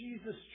Jesus